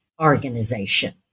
organization